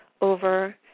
over